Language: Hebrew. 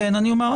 שאומרת מה?